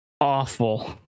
awful